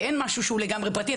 כי אין משהו שהוא לגמרי פרטי.